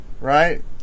right